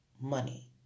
money